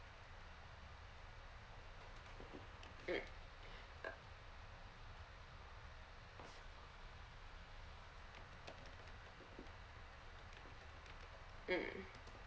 mm mm